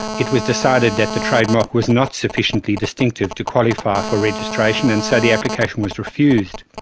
it was decided that the trademark was not sufficiently distinctive to qualify for registration and so the application was refused.